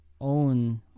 own